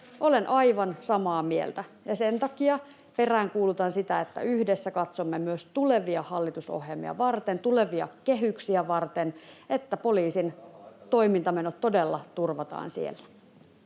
Olen aivan samaa mieltä, ja sen takia peräänkuulutan sitä, että yhdessä katsomme myös tulevia hallitusohjelmia varten, tulevia kehyksiä varten, että poliisin toimintamenot todella turvataan siellä.